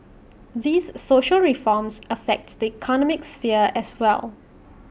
these social reforms affect the economic sphere as well